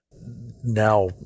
now